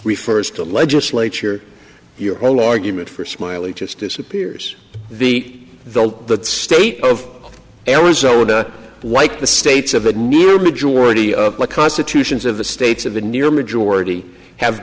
refers to legislature your whole argument for smiley just disappears the the state of arizona like the states of a near majority of the constitutions of the states of the near majority have